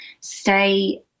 Stay